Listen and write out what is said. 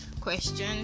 question